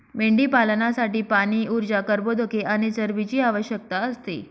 मेंढीपालनासाठी पाणी, ऊर्जा, कर्बोदके आणि चरबीची आवश्यकता असते